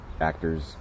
actors